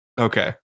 Okay